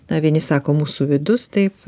na vieni sako mūsų vidus taip